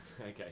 Okay